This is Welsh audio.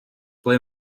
ble